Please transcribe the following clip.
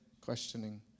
questioning